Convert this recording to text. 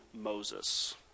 Moses